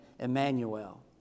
Emmanuel